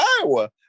Iowa